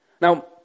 Now